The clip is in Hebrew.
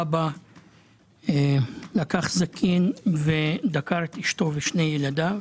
אבא לקח סכין ודקר את אשתו ושני ילדיו.